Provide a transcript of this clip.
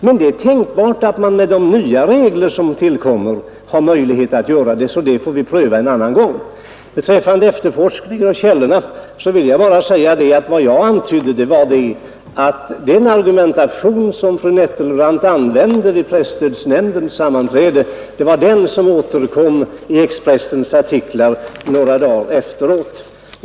Men det är tänkbart att man med de nya regler som tillkommer har möjlighet att ge bidrag. Det får vi pröva en annan gång. Beträffande efterforskning av källorna vill jag framhålla att den argumentation som fru Nettelbrandt använde vid presstödsnämndens sammanträde återkom i Expressens artiklar några dagar efteråt.